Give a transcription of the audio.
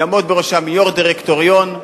יעמוד בראשם יו"ר דירקטוריון,